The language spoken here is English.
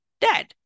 dead